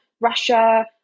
Russia